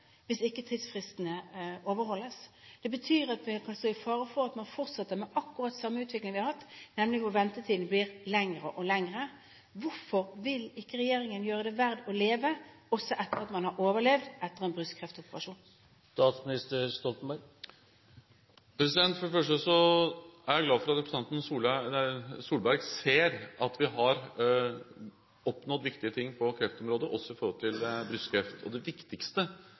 hvis ikke tidsfristene overholdes. Det betyr at man kan stå i fare for å fortsette akkurat den samme utviklingen som vi har hatt, nemlig at ventetiden blir lengre og lengre. Hvorfor vil ikke regjeringen gjøre det verd å leve også etter at man har overlevd etter en brystkreftoperasjon? For det første er jeg glad for at representanten Solberg ser at vi har oppnådd viktige ting på kreftområdet, også når det gjelder brystkreft. Det viktigste